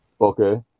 okay